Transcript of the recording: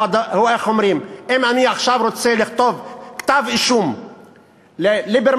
אם אני עכשיו רוצה לכתוב כתב-אישום לליברמן,